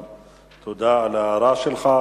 תודה גם על ההערה שלך,